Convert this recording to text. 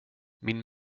min